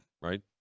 Right